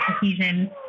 cohesion